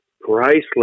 priceless